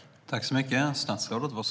Hur kan man låta det ske?